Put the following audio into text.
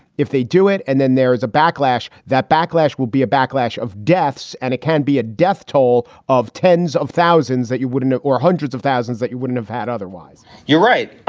if they do it and then there is a backlash, that backlash would be a backlash of deaths. and it can be a death toll of tens of thousands that you wouldn't know or hundreds of thousands that you wouldn't have had otherwise you're right.